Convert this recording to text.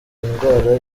indwara